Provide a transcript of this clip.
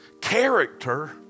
Character